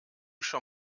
schon